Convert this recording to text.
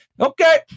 okay